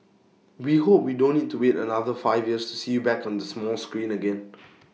we hope we don't need to wait another five years to see you back on the small screen again